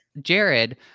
Jared